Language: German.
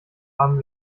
haben